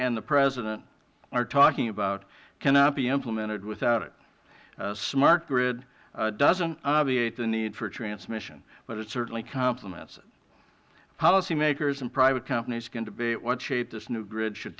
and the president are talking about cannot be implemented without it smart grid doesn't obviate the need for transmission but it certainly complements it policymakers and private companies can debate what shape this new grid should